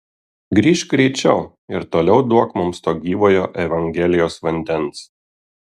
grįžk greičiau ir toliau duok mums to gyvojo evangelijos vandens